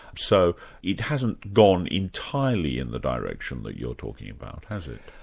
so it hasn't gone entirely in the direction that you're talking about, has it?